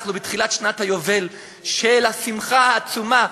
אנחנו בתחילת שנת היובל של השמחה העצומה,